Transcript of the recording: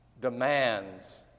demands